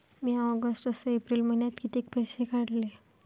म्या ऑगस्ट अस एप्रिल मइन्यात कितीक पैसे काढले?